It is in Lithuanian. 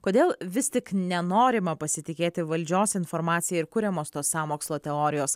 kodėl vis tik nenorima pasitikėti valdžios informacija ir kuriamos tos sąmokslo teorijos